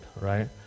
right